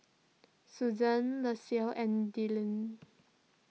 Susan Lexie and Delle